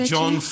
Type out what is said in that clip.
John